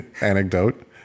Anecdote